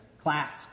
class